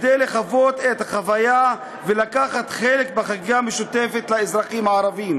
כדי לחוות את החוויה ולקחת חלק בחגיגה המשותפת לאזרחים הערבים,